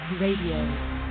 Radio